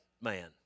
man